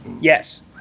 Yes